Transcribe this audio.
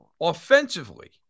Offensively